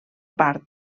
part